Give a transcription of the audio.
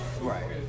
Right